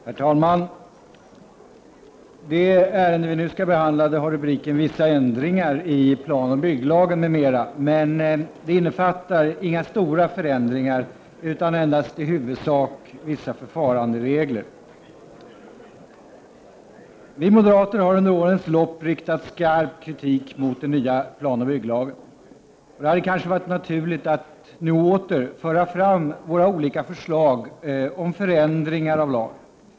Herr talman! Det ärende vi nu skall behandla har rubriken Vissa ändringar i planoch bygglagen m.m. Det gäller inga stora förändringar utan i huvudsak endast vissa förfaranderegler. Vi moderater har under årens lopp riktat skarp kritik mot den nya planoch bygglagen. Det hade kanske varit naturligt att nu åter föra fram våra olika förslag till förändringar av lagen.